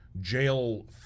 jail